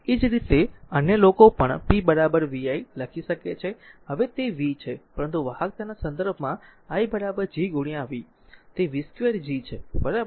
એ જ રીતે અન્ય લોકો પણ p vi લખી શકે છે હવે તે v છે પરંતુ વાહકતાના સંદર્ભમાં i G v તે v2 G છે બરાબર